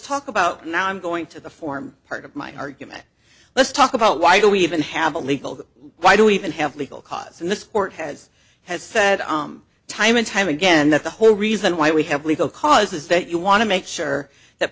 talk about now i'm going to the form part of my argument let's talk about why do we even have a legal why do we even have legal cause and this court has has said time and time again that the whole reason why we have legal cause is that you want to make sure that